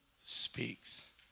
speaks